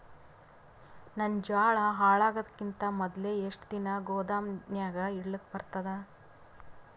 ನನ್ನ ಜೋಳಾ ಹಾಳಾಗದಕ್ಕಿಂತ ಮೊದಲೇ ಎಷ್ಟು ದಿನ ಗೊದಾಮನ್ಯಾಗ ಇಡಲಕ ಬರ್ತಾದ?